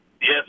Yes